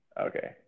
Okay